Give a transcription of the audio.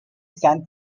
san